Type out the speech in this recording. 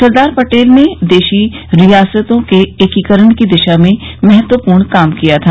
सरदार पटेल ने देशी रियासतों के एकीकरण की दिशा में महत्वपूर्ण काम किया था